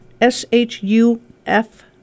S-H-U-F